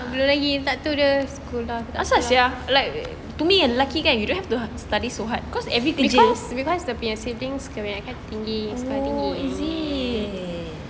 asal sia like to me lelaki kan you don't have to study so hard cause every kerja oh is it